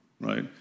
right